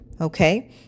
Okay